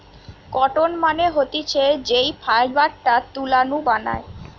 cotton মানে হতিছে যেই ফাইবারটা তুলা নু বানায়